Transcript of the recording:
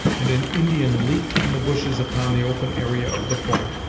and an indian leaped from the bushes upon the open area of the point,